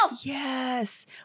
Yes